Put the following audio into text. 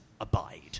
abide